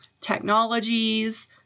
technologies